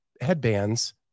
headbands